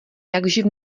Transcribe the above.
jakživ